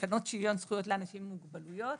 תקנות שוויון זכויות לאנשים עם מוגבלויות.